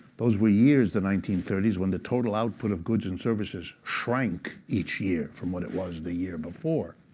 those were years, the nineteen thirty s, when the total output of goods and services shrank each year from what it was the year before.